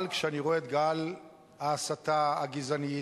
אבל כשאני רואה את גל ההסתה הגזענית,